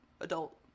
adult